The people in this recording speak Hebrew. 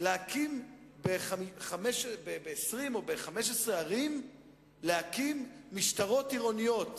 להקים ב-15 ערים משטרות עירוניות